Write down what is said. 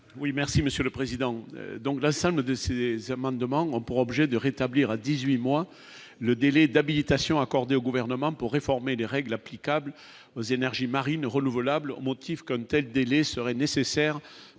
Oui, merci Monsieur le Président, donc là ça ne de ces amendements qui ont pour objet de rétablir à 18 mois le délai d'habilitation accordée au gouvernement pour réformer les règles applicables aux énergies marines renouvelables au motif comme tels délais seraient nécessaire